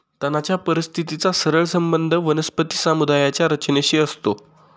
तणाच्या परिस्थितीचा सरळ संबंध वनस्पती समुदायाच्या रचनेशी असतो